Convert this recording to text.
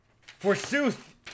Forsooth